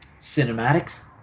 cinematics